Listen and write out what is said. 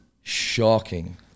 Shocking